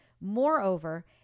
Moreover